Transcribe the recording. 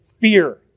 fear